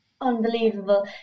Unbelievable